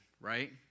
right